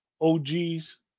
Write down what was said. OG's